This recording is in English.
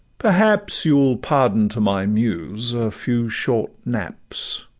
perhaps you ll pardon to my muse a few short naps.